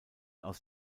aus